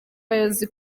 abayobozi